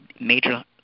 major